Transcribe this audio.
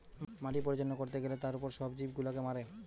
মাটি পরিচালনা করতে গ্যালে তার উপর সব জীব গুলাকে মারে